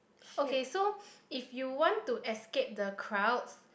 okay so if you want to escape the crowds